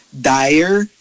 dire